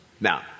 Now